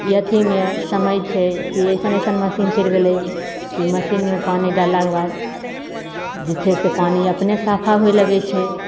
ई अथीमे समय छै एइसन एइसन मशीन छै चलि गेलै कि मशीनमे पानि डाललाके बाद जे छै से पानि अपने साफा होबऽ लगैत छै